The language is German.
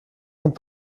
sind